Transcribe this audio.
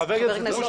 חבר הכנסת אלכס,